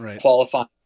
qualifying